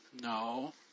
No